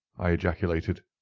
i ejaculated.